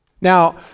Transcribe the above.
Now